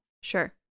Sure